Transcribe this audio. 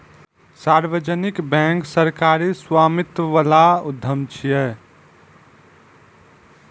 सार्वजनिक बैंक सरकारी स्वामित्व बला उद्यम छियै